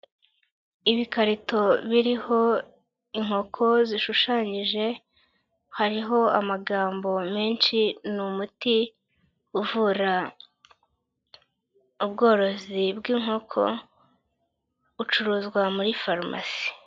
Ibikarito biriho inkoko zishushanyije, hariho amagambo menshi ni umuti uvura ubworozi bw'inkoko ucuruzwa muri farumasi.